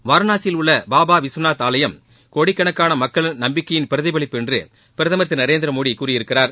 வாரணாசியில் உள்ள பாபா விஸ்வநாத் ஆலயம் கோடிக்கணக்கான மக்கள் நம்பிக்கையின் பிரதிபலிப்பு என்று பிரதமர் திரு நரேந்திர மோடி கூறியிருக்கிறார்